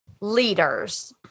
leaders